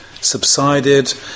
subsided